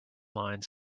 lines